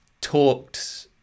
talked –